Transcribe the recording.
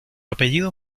apellido